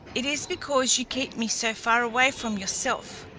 it is because you keep me so far away from yourself,